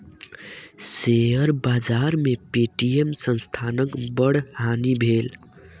share बाजार में Paytm संस्थानक बड़ हानि भेल